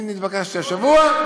אני נתבקשתי השבוע,